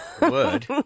Word